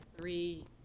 three